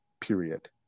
period